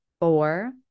four